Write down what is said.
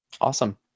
awesome